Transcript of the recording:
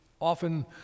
often